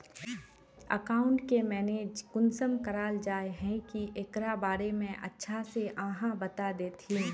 Account के manage कुंसम कराल जाय है की एकरा बारे में अच्छा से आहाँ बता देतहिन?